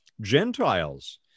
Gentiles